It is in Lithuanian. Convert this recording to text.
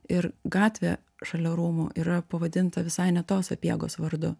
ir gatvė šalia rūmų yra pavadinta visai ne to sapiegos vardu